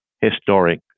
historic